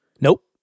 Nope